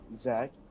Zach